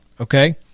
Okay